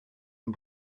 een